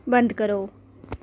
बंद करो